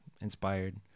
inspired